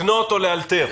לקנות או לאלתר.